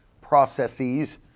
processes